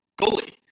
goalie